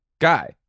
guy